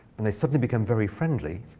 and they suddenly become very friendly,